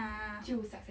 ah